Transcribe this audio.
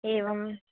एवं